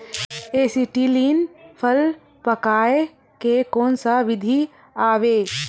Acetylene फल पकाय के कोन सा विधि आवे?